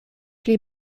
pli